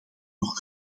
nog